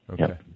Okay